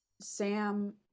Sam